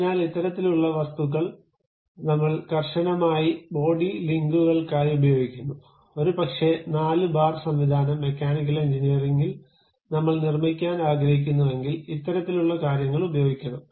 അതിനാൽ ഇത്തരത്തിലുള്ള വസ്തുക്കൾ ഞങ്ങൾ കർശനമായ ബോഡി ലിങ്കുകൾക്കായി ഉപയോഗിക്കുന്നു ഒരു പക്ഷേ നാല് ബാർ സംവിധാനം മെക്കാനിക്കൽ എഞ്ചിനീയറിംഗിൽ നമ്മൾ നിർമ്മിക്കാൻ ആഗ്രഹിക്കുന്നുവെങ്കിൽ ഇത്തരത്തിലുള്ള കാര്യങ്ങൾ ഉപയോഗിക്കണം